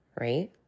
Right